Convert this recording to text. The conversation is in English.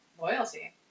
loyalty